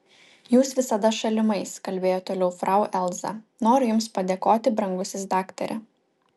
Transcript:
jūs visada šalimais kalbėjo toliau frau elza noriu jums padėkoti brangusis daktare